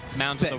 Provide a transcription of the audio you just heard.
mounds